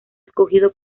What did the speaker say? escogido